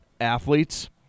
athletes